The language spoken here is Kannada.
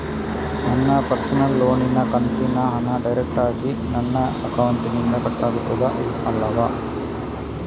ನನ್ನ ಪರ್ಸನಲ್ ಲೋನಿನ ಕಂತಿನ ಹಣ ಡೈರೆಕ್ಟಾಗಿ ನನ್ನ ಅಕೌಂಟಿನಿಂದ ಕಟ್ಟಾಗುತ್ತದೆ ಅಲ್ಲವೆ?